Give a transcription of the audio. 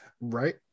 Right